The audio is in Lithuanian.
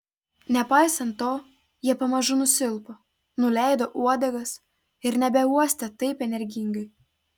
nepaisant to jie pamažu nusilpo nuleido uodegas ir nebeuostė taip energingai